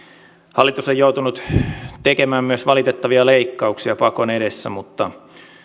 hallitus on joutunut tekemään myös valitettavia leikkauksia pakon edessä mutta